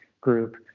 group